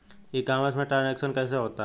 ई commerce में transaction कैसे होता है?